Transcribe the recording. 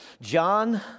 John